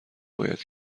باید